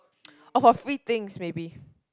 or for free things maybe